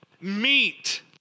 meet